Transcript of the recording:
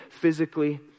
physically